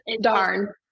Darn